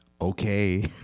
Okay